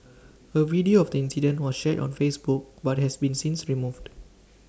A video of the incident was shared on Facebook but has been since removed